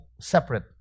separate